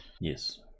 Yes